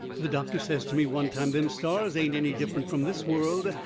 the doctor says to me one time them stars ain't any different from this world,